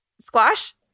squash